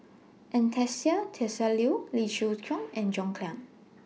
Anastasia Tjendri Liew Lee Siew Choh and John Clang